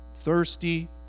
thirsty